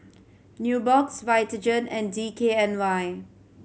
Nubox Vitagen and D K N Y